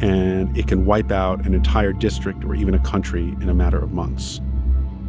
and it can wipe out an entire district or even a country in a matter of months